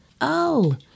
Oh